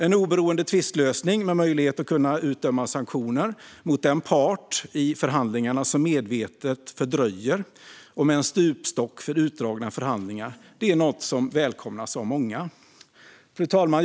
En oberoende tvistlösning med möjlighet att utdöma sanktioner mot den part i förhandlingarna som medvetet fördröjer, och med en stupstock för utdragna förhandlingar, är något som välkomnas av många. Fru talman!